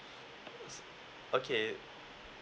okay